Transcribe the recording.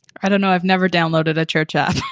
i don't know, i never downloaded a church app